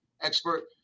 expert